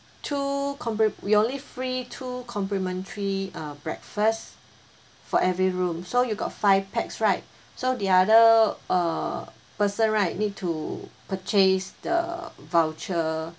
two compli~ we only free two complimentary uh breakfast for every room so you got five pax right so the other err person right need to purchase the voucher